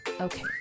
Okay